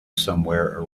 somewhere